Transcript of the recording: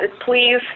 please